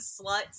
sluts